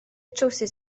trywsus